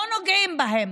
לא נוגעים בהן.